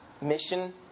mission